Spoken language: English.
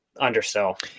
undersell